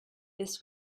this